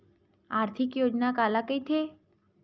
आर्थिक योजना काला कइथे?